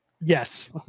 Yes